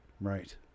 Right